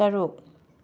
ꯇꯔꯨꯛ